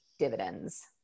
Dividends